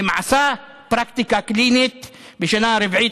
אם עשה פרקטיקה קלינית בשנה הרביעית,